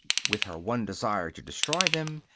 with her one desire to destroy them,